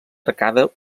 arcada